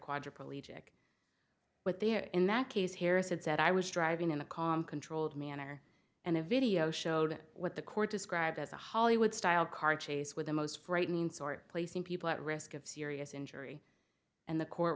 quadriplegic but there in that case harrison said i was driving in a calm controlled manner and a video showed what the court described as a hollywood style car chase with the most frightening sort placing people at risk of serious injury and the court